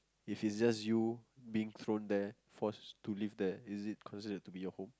if it's just you being thrown there forced to live there is it considered to be your home